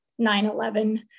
9-11